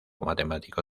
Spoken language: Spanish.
matemático